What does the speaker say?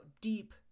deep